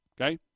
okay